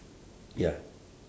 ya